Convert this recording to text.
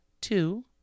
two